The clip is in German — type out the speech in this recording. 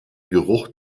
geruch